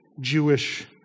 Jewish